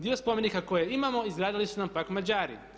Dio spomenika koje imamo izgradili su nam pak Mađari.